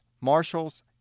marshals